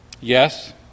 Yes